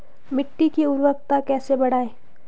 मिट्टी की उर्वरकता कैसे बढ़ायें?